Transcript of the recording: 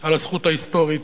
על הזכות ההיסטורית.